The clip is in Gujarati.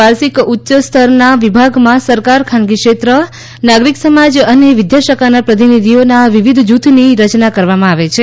વાર્ષિક ઉચ્ચ સ્તરના વિભાગમાં સરકાર ખાનગી ક્ષેત્ર નાગરિક સમાજ અને વિદ્યાશાખાના પ્રતિનિધિઓના વિવિધ જૂથની રચના કરવામાં આવે છે